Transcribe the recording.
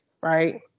right